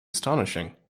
astonishing